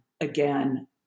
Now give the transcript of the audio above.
again